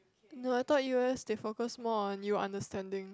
no I thought u_s they focus more on you understanding